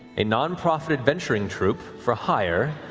a nonprofit adventuring troupe for hire,